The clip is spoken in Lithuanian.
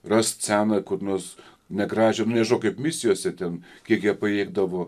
rast seną kur nors negražią nu nežinau kaip misijose ten kiek jie pajėgdavo